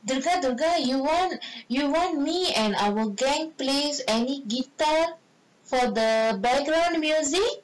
dudar dudar you want you want me and our gang plays any guitar for the background music